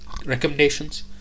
recommendations